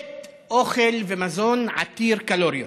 אוכל ומזון עתיר קלוריות,